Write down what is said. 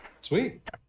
Sweet